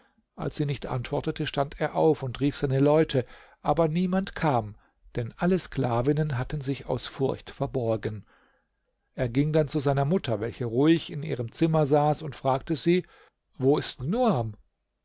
als sie nicht antwortete stand er auf und rief seine leute aber niemand kam denn alle sklavinnen hatten sich aus furcht verborgen er ging dann zu seiner mutter welche ruhig in ihrem zimmer saß und fragte sie wo ist nuam